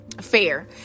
FAIR